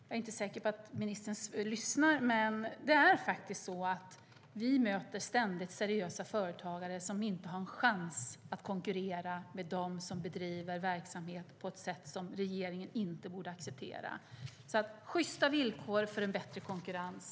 Jag är inte säker på att ministern lyssnar, men vi möter ständigt seriösa företagare som inte har en chans att konkurrera med dem som bedriver verksamhet på ett sätt som regeringen inte borde acceptera. Vi kräver sjysta villkor för bättre konkurrens.